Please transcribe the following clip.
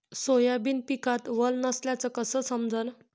Soybean पिकात वल नसल्याचं कस समजन?